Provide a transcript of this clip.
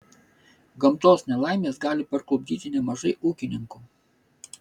gamtos nelaimės gali parklupdyti nemažai ūkininkų